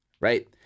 right